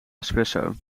espresso